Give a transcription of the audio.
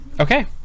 Okay